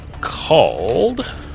called